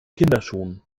kinderschuhen